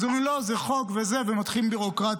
אז אומרים: לא, זה חוק, ומתחילים ביורוקרטיה.